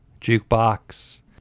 jukebox